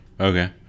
Okay